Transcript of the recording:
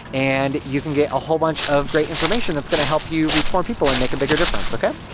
and you can get a whole bunch of great information that's gonna help you reach more people and make a bigger difference, ok?